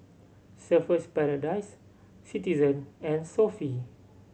Surfer's Paradise Citizen and Sofy